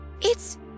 it's